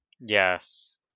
Yes